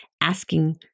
asking